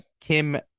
Kim